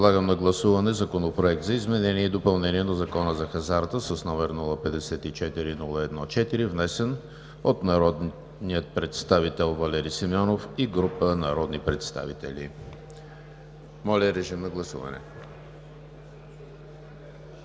Моля, режим на гласуване.